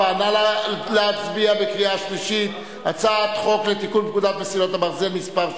אני רואה בברכה לכל הצוות הנפלא של ועדת